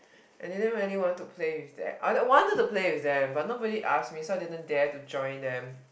I didn't really want to play with that I don't I wanted to play with them but nobody ask me so didn't dare to join them